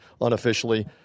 unofficially